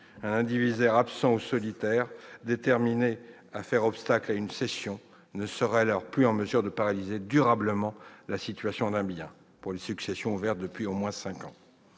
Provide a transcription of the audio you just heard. Un indivisaire absent ou solitaire déterminé à faire obstacle à une cession ne serait alors plus en mesure de paralyser durablement la situation d'un bien pour les successions ouvertes depuis au moins cinq ans.